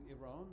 Iran